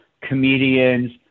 comedians